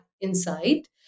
insight